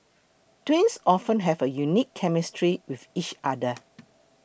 twins often have a unique chemistry with each other